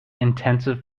intensive